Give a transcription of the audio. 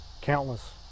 countless